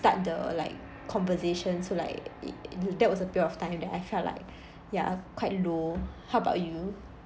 start the like conversation so like it that was a period of time that I felt like ya quite low how about you